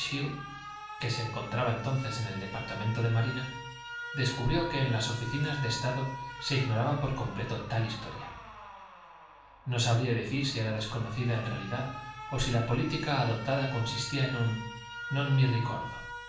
que se encontraba entonces en el departamento de marina descubrió que en las oficinas de estado se ignoraba por completo tal historia no sabría decir si era desconocida en realidad o si la política adoptada consistía en un non mi ricordo